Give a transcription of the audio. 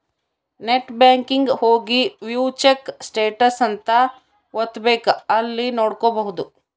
net banking ಹೋಗಿ view check status ಅಂತ ಒತ್ತಬೆಕ್ ಅಲ್ಲಿ ನೋಡ್ಕೊಬಹುದು